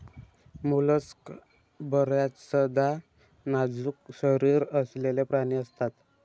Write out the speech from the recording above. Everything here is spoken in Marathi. मोलस्क बर्याचदा नाजूक शरीर असलेले प्राणी असतात